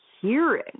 hearing